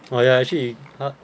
well yeah actually he ah